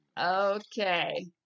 Okay